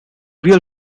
real